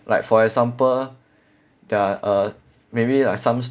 like for example there are uh maybe like some